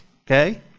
Okay